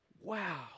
wow